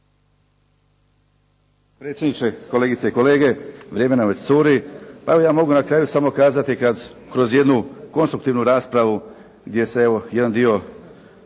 predsjedniče, kolegice i kolege. Vrijeme nam već curi. Pa evo ja mogu na kraju samo kazati kako kroz jednu konstruktivnu raspravu gdje se evo jedan dio